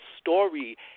story